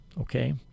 okay